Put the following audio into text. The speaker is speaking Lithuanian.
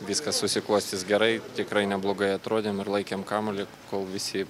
viskas susiklostys gerai tikrai neblogai atrodėm ir laikėm kamuolį kol visi